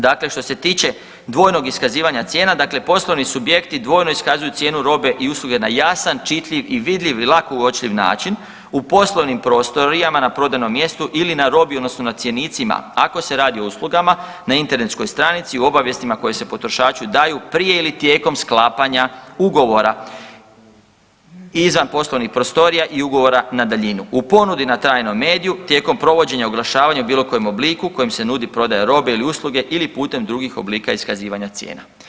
Dakle što se tiče dvojnog iskazivanja cijena, dakle poslovni subjekti dvojno iskazuju cijenu robe i usluge na jasan, čitljiv i vidljiv i lako uočljiv način u poslovnim prostorijama na prodajnom mjestu ili na robi odnosno na cjenicima, ako se radi o uslugama, na internetskoj stranici, u obavijestima koji se potrošači daju, prije ili tijekom sklapanja ugovora, izvan poslovnih prostorija i ugovora na daljinu, u ponudi na trajnom mediju tijekom provođenja oglašavanja u bilo kojem obliku, kojem se nudi prodaja robe ili usluge ili putem drugih oblika iskazivanja cijena.